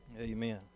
Amen